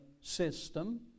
system